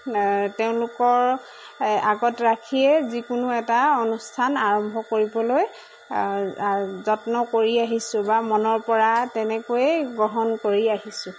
তেওঁলোকৰ আগত ৰাখিয়ে যিকোনো এটা অনুষ্ঠান আৰম্ভ কৰিবলৈ যত্ন কৰি আহিছোঁ বা মনৰপৰা তেনেকৈয়ে গ্ৰহণ কৰি আহিছোঁ